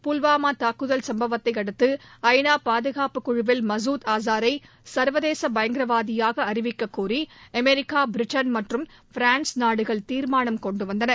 புல்வாமா தாக்குதல் சம்பவத்தை அடுத்து ஐ நா பாதுகாப்புப் குழுவில் மசூத் ஆஸாரை சள்வதேச பயங்கரவாதியாக அறிவிக்கக்கோரி அமெரிக்கா பிரிட்டன் மற்றும் பிரான்ஸ் நாடுகள் தீர்மானம் கொண்டு வந்தன